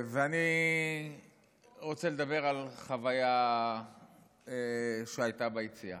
ואני אני רוצה לדבר על חוויה שהייתה ביציאה